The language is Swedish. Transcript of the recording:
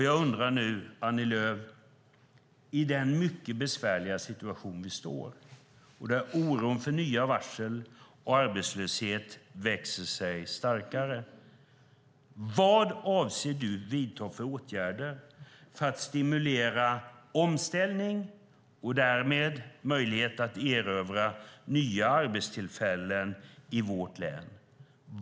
Jag undrar nu, Annie Lööf, i den mycket besvärliga situation vi står och där oron för nya varsel och arbetslöshet växer sig starkare: Vad avser du att vidta för åtgärder för att stimulera omställning och därmed möjlighet att erövra nya arbetstillfällen i vårt län?